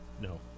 No